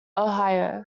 ohio